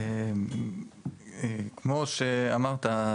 כמו שאמרת,